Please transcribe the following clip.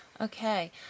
Okay